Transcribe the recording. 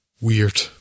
weird